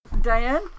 Diane